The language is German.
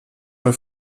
mal